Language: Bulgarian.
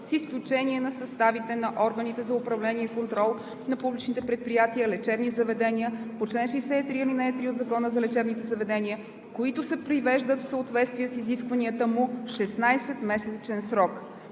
„с изключение на съставите на органите за управление и контрол на публичните предприятия – лечебни заведения по чл. 63, ал. 3 от Закона за лечебните заведения, които се привеждат в съответствие с изискванията му в 16-месечен срок.“